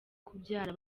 kubyara